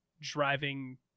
driving